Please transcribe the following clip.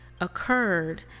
occurred